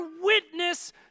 witness